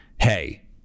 Hey